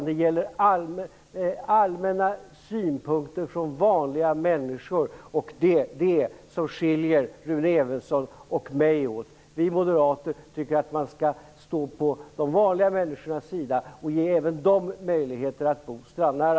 Det gäller allmänna synpunkter från vanliga människor. Det skiljer Rune Evensson och mig åt. Vi moderater tycker att man skall stå på de vanliga människornas sida och ge även dem möjligheter att bo strandnära.